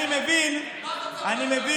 אז מה אם הוא בא מהולנד?